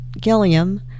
Gilliam